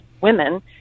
women